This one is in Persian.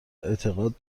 اعتقاد